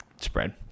spread